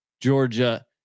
Georgia